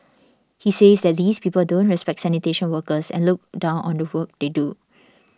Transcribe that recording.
he says that these people don't respect sanitation workers and look down on the work they do